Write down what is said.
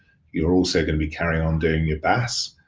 you're also gonna be carrying on doing your bas.